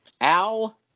Al